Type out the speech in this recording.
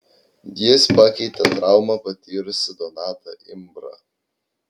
jis pakeitė traumą patyrusį donatą imbrą